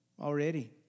already